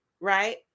right